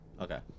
Okay